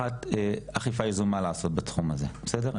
ואחד מהם הוא לקחת אכיפה יזומה בתחום הזה, בסדר?